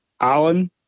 Alan